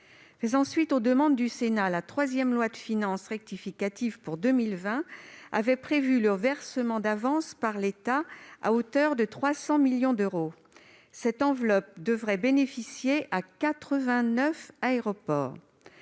suite aux demandes du Sénat, la troisième loi de finances rectificative pour 2020 avait prévu le versement d'avances par l'État à hauteur de 300 millions d'euros. Cette enveloppe devrait bénéficier à